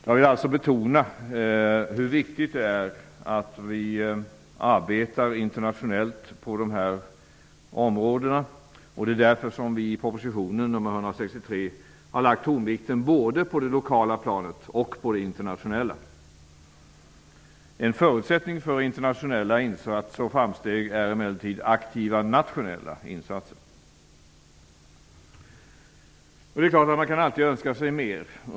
Jag vill alltså betona hur viktigt det är att vi arbetar internationellt på dessa områden. Det är därför som vi i proposition nr 163 har lagt tonvikten både på det lokala och på det internationella planet. En förutsättning för internationella insatser och framsteg är emellertid aktiva nationella insatser. Man kan alltid önska sig mer.